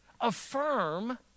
Affirm